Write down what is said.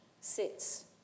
sits